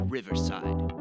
Riverside